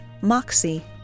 MOXIE